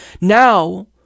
Now